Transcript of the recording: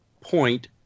point